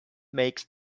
makes